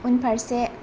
उनफारसे